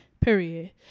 period